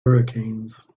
hurricanes